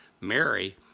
Mary